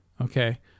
okay